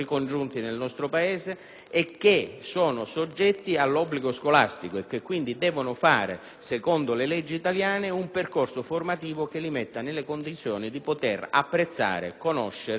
e che sono soggetti all'obbligo scolastico: quindi devono fare, secondo le leggi italiane, un percorso formativo che li metta nelle condizioni di poter apprezzare, conoscere e rispettare